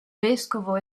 vescovo